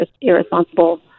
irresponsible